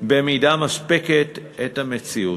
במידה מספקת את המציאות.